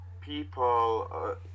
people